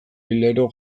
hilero